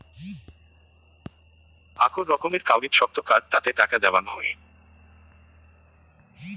আক রকমের কাউরি ছক্ত কার্ড তাতে টাকা দেওয়াং হই